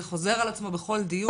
זה חוזר על עצמו בכל דיון.